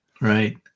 right